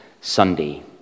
Sunday